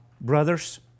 Brothers